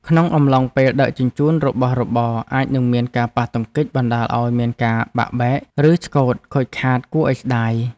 ក្នុងអំឡុងពេលដឹកជញ្ជូនរបស់របរអាចនឹងមានការប៉ះទង្គិចបណ្ដាលឱ្យមានការបាក់បែកឬឆ្កូតខូចខាតគួរឱ្យស្ដាយ។